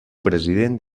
president